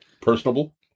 Personable